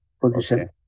position